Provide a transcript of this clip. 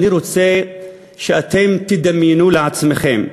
אני רוצה שאתם תדמיינו לעצמכם,